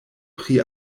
pri